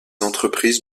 entreprises